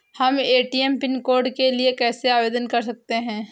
हम ATM pin code के लिए कैसे आवेदन कर सकते हैं?